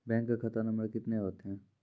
Bank का खाता number कितने होते हैं?